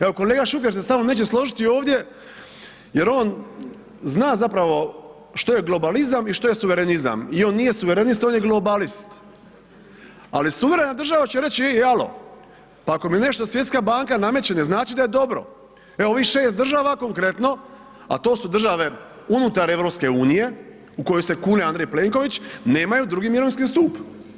Evo, kolega Šuker se sa mnom neće složiti ovdje jer on zna zapravo što je globalizam i što je suverenizam i on nije suverenist, on je globalist, ali suverena država će reć ej alo, pa ako mi nešto Svjetska banka nameće ne znači da je dobro, evo ovih 6 država konkretno, a to su države unutar EU u koju se kune Andrej Plenković, nemaju drugi mirovinski stup.